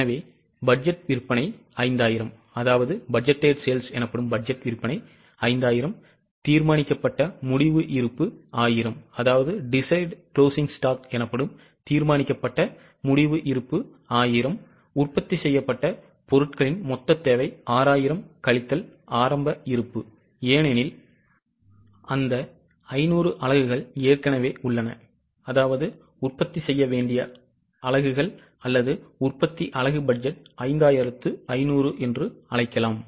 எனவே பட்ஜெட் விற்பனை 5000 தீர்மானிக்கப்பட்ட முடிவு இருப்பு1000 அதாவது உற்பத்தி செய்யப்பட்ட பொருட்களின் மொத்த தேவை 6000 கழித்தல் ஆரம்ப இருப்பு ஏனெனில் அந்த 500 அலகுகள் ஏற்கனவே உள்ளன அதாவது உற்பத்தி செய்ய வேண்டிய அலகுகள் அல்லது உற்பத்தி அலகு பட்ஜெட் 5500 என்று அழைக்கலாம்